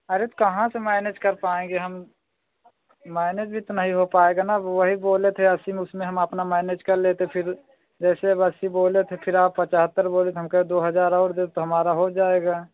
अरे तो कहाँ से मैनेज कर पाएँगे हम मैनेज इतना ही हो पाएगा ना अब वही बोले थे अस्सी में उसमें हम अपना मैनेज कर लेते फिर जैसे अब अस्सी बोले थे फिर आप पचहत्तर बोले तो हम कहे दो हज़ार और दो तो हमारा हो जाएगा